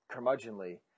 curmudgeonly